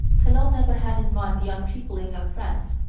talon never had in mind the unpeopling of france.